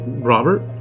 Robert